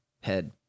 head